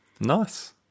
Nice